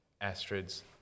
Astrid's